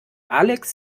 alex